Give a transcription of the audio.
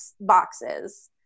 boxes